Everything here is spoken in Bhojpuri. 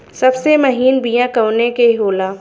सबसे महीन बिया कवने के होला?